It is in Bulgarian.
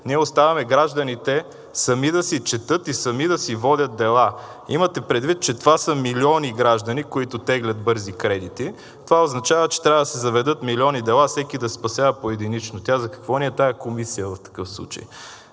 ние оставяме гражданите сами да си четат и сами да си водят дела. Имайте предвид, че това са милиони граждани, които теглят бързи кредити. Това означава, че трябва да се заведат милиони дела, всеки да се спасява поединично. Тя за какво ни е тая комисия в такъв случай?